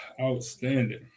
Outstanding